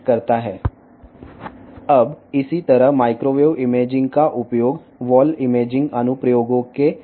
అదేవిధంగా ఈ మైక్రోవేవ్ ఇమేజింగ్ను వాల్ ఇమేజింగ్ అనువర్తనాల కోసం ఉపయోగించవచ్చు